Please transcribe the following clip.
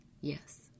yes